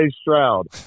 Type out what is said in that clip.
Stroud